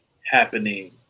happening